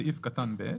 סעיף קטן (ב)